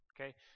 Okay